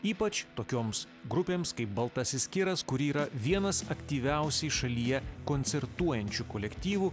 ypač tokioms grupėms kaip baltasis kiras kuri yra vienas aktyviausiai šalyje koncertuojančių kolektyvų